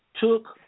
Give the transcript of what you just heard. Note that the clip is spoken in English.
took